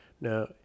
Now